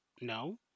no